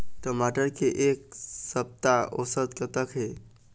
टमाटर के एक सप्ता औसत कतका हे?